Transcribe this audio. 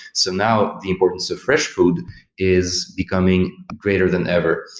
so now, the importance of fresh food is becoming greater than ever.